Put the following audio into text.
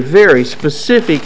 very specific